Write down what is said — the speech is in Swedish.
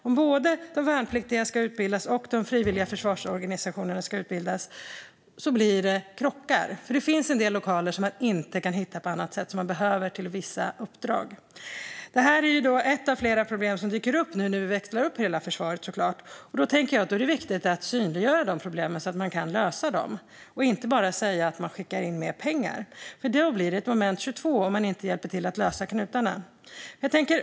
Om både de värnpliktiga och de frivilliga försvarsorganisationerna ska utbildas blir det krockar, för det finns en del lokaler som man inte kan hitta på annat sätt och som man behöver till vissa uppdrag. Det här är ett av flera problem som dyker upp nu när vi växlar upp hela försvaret. Då tycker jag att det är viktigt att synliggöra dessa problem, så att man kan lösa dem, och inte bara säga att man skickar in mer pengar. Om man inte hjälper till att lösa knutarna blir det ett moment 22.